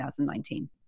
2019